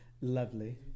Lovely